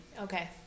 Okay